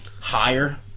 higher